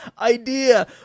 idea